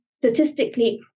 statistically